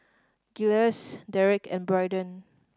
Giles Derek and Braiden